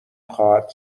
خواهد